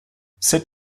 cette